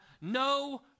no